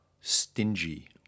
stingy